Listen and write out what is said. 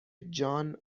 جان